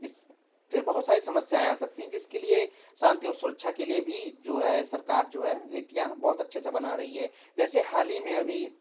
जिससे फिर बहुत सारी समस्याएँ आ सकती हैं जिसके लिए शान्ति और सुरक्षा के लिए भी जो है सरकार जो है नीतियाँ बहुत अच्छे से बना रही है जैसे हाल ही में अभी